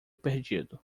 perdido